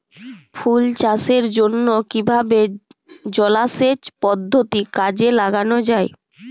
ফুল চাষের জন্য কিভাবে জলাসেচ পদ্ধতি কাজে লাগানো যাই?